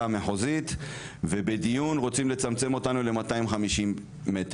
המחוזית ובדיון רוצים לצמצם אותנו ל-250 מ"ר.